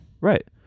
right